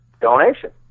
donation